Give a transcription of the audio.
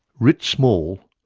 writ small,